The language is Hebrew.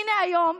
הינה, היום,